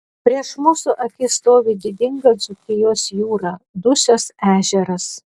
prieš mūsų akis stovi didinga dzūkijos jūra dusios ežeras